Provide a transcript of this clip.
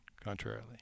Contrarily